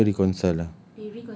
oh they never reconcile ah